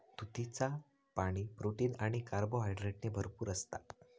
तुतीचा पाणी, प्रोटीन आणि कार्बोहायड्रेटने भरपूर असता